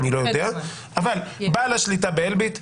אבל בעל השליטה באלביט,